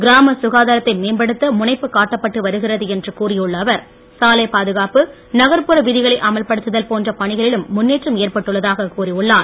கிராம சுகாதாரத்தை மேம்படுத்த முனைப்பு காட்டப்பட்டு வருகிறது என்று கூறியுள்ள அவர் சாலை பாதுகாப்பு நகர்புற விதிகளை அமல்படுத்துதல் போன்ற பணிகளிலும் முன்னேற்றம் ஏற்பட்டுள்ளதாக கூறியுள்ளார்